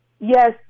Yes